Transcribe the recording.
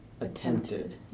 attempted